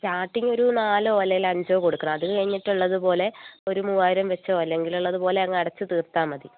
starting ഒരു നാലോ അല്ലെങ്കിൽ അഞ്ചോ കൊടുക്കണം അത് കഴിഞ്ഞിട്ട് ഉള്ളത് പോലെ ഒരു മൂവായിരം വെച്ചോ അല്ലെങ്കിൽ ഉള്ളത് പോലെ അങ്ങ് അടച്ച് തീർത്താൽ മതി